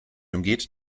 umgeht